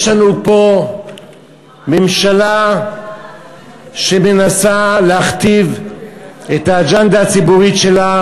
יש לנו פה ממשלה שמנסה להכתיב את האג'נדה הציבורית שלה,